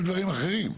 לדברים אחרים,